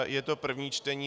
Je to první čtení.